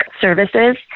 services